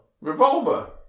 Revolver